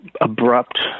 abrupt